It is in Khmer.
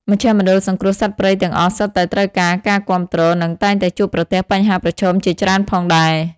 មជ្ឈមណ្ឌលសង្គ្រោះសត្វព្រៃទាំងអស់សុទ្ធតែត្រូវការការគាំទ្រ និងតែងតែជួបប្រទះបញ្ហាប្រឈមជាច្រើនផងដែរ។